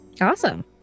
awesome